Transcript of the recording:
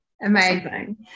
Amazing